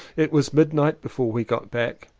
it was midnight before we got back,